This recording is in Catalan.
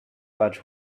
vaig